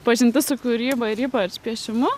pažintis su kūryba ir ypač piešimu